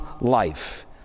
life